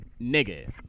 nigga